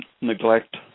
neglect